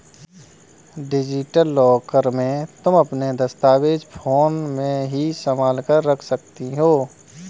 digital locker में तुम अपने दस्तावेज फोन में ही संभाल कर रख सकती हो